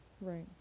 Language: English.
Right